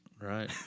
Right